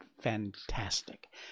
fantastic